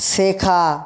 শেখা